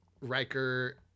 Riker